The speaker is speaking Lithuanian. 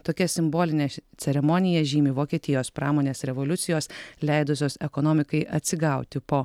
tokia simbolinė ceremonija žymi vokietijos pramonės revoliucijos leidusios ekonomikai atsigauti po